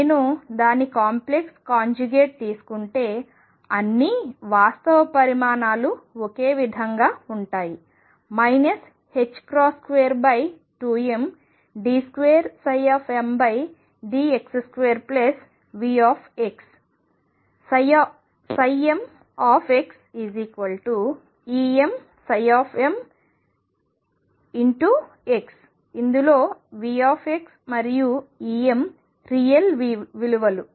నేను దాని complex conjugate తీసుకుంటే అన్ని వాస్తవ పరిమాణాలు ఒకే విధంగా ఉంటాయి 22md2m dx2Vx mx Emm ఇందులో Vx మరియు Em రియల్ విలువలు